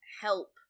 help